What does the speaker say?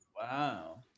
wow